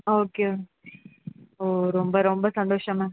okay ma'am ஓ ரொம்ப ரொம்ப சந்தோஷம் மேம்